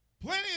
Plenty